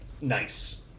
Nice